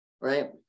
right